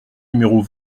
numéros